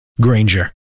Granger